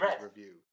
review